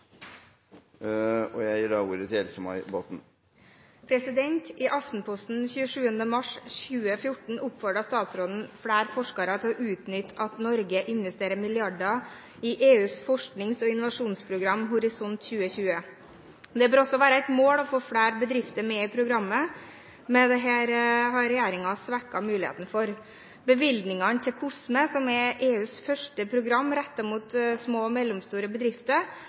og forholdet til EU, er overført til næringsministeren som rette vedkommende. «I Aftenposten 27. mars 2014 oppfordrer statsråden flere forskere til å utnytte at Norge investerer milliarder i EUs forsknings- og innovasjonsprogram Horisont 2020. Det bør også være et mål å få flere bedrifter med i programmet, men dette har regjeringen svekket muligheten for. Bevilgningen til COSME, som er EUs første program rettet mot